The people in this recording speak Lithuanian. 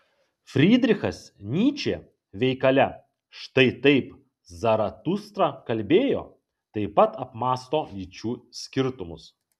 frydrichas nyčė veikale štai taip zaratustra kalbėjo taip pat apmąsto lyčių skirtumus